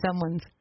someone's